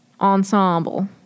ensemble